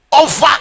over